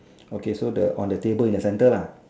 okay the so on the table in the center lah